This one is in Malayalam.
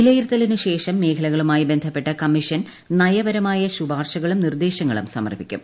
വിലയിരുത്തലിന് ശേഷം മേഖലകളുമായി ബന്ധപ്പെട്ട് കമ്മീഷൻ നയ്കപരമായ ശുപാർശകളും നിർദ്ദേശങ്ങളും സമർപ്പിക്കും